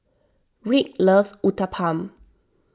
Rick loves Uthapam